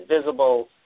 visible